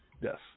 yes